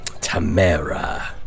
Tamara